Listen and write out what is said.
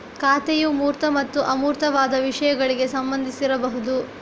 ಖಾತೆಯು ಮೂರ್ತ ಮತ್ತು ಅಮೂರ್ತವಾದ ವಿಷಯಗಳಿಗೆ ಸಂಬಂಧಿಸಿರಬಹುದು